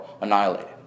annihilated